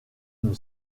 une